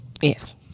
Yes